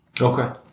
Okay